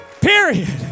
period